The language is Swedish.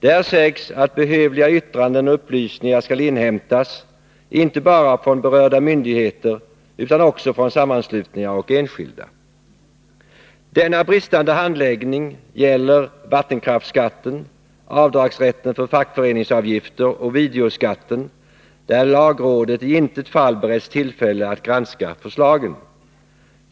Där sägs att behövliga yttranden och upplysningar skall inhämtas inte bara från berörda myndigheter utan också från sammanslutningar och enskilda. Denna bristande handläggning gäller vattenkraftsskatten, rätten till avdrag för fackföreningsavgifter och videoskatten, där lagrådet i intet fall beretts tillfälle att granska förslagen.